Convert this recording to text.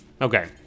Okay